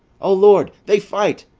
o lord, they fight!